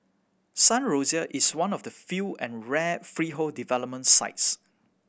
Sun Rosier is one of the few and rare freehold development sites